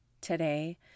today